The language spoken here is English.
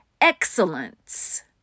Excellence